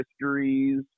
histories